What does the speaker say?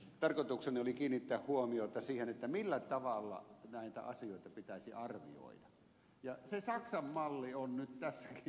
tarkoitukseni oli kiinnittää huomiota siihen millä tavalla näitä asioita pitäisi arvioida ja se saksan malli on nyt tässäkin ihan hyvä